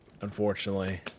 unfortunately